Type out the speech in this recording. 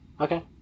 Okay